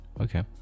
Okay